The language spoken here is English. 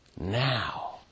Now